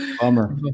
Bummer